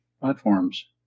platforms